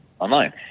Online